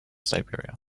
serbia